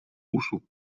uszu